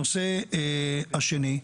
הנושא השני,